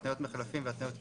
התניות מחלפים והתניות כבישים.